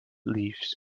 leaves